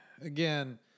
again